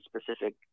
specific